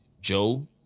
Joe